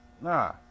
Nah